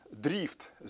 drift